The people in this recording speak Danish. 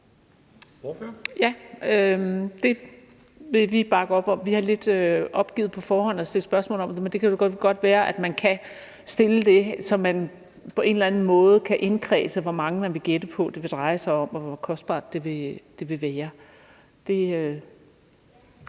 det vil vi bakke op om. Vi har lidt på forhånd opgivet at stille spørgsmål om det, men det kan jo godt være, at man kan stille det, så man på en eller anden måde kan indkredse, hvor mange man vil gætte på det kan dreje sig om, og hvor kostbart det vil være.